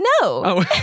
no